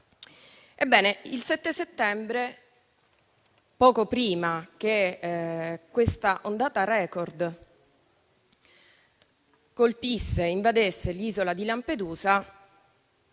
Ebbene, il 7 settembre, poco prima che questa ondata record invadesse l'isola di Lampedusa